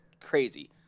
crazy